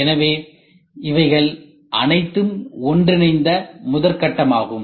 எனவே இவைகள் அனைத்தும் ஒன்றிணைந்த முதற்கட்டம் ஆகும்